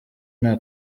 nta